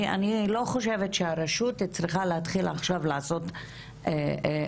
אני לא חושבת שהרשות צריכה להתחיל עכשיו לעשות הכשרות.